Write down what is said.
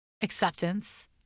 acceptance